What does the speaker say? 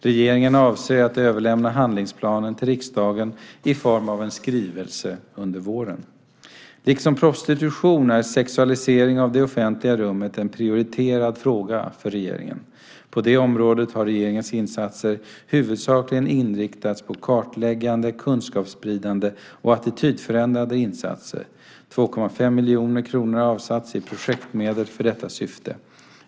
Regeringen avser att överlämna handlingsplanen till riksdagen i form av en skrivelse under våren. Liksom prostitution är sexualiseringen av det offentliga rummet en prioriterad fråga för regeringen. På det området har regeringens insatser huvudsakligen inriktats på kartläggande, kunskapsspridande och attitydförändrande insatser. 2,5 miljoner kronor har avsatts i projektmedel för detta syfte.